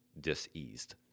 diseased